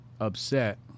upset